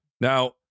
Now